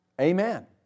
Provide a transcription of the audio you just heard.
Amen